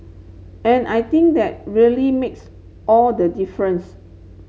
and I think that really makes all the difference